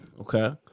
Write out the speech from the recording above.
Okay